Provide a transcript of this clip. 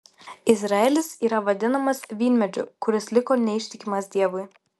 izraelis yra vadinamas vynmedžiu kuris liko neištikimas dievui